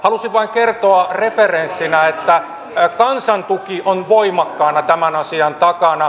halusin vain kertoa referenssinä että kansan tuki on voimakkaana tämän asian takana